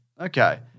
Okay